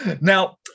Now